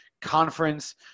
conference